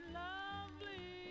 lovely